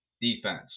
Defense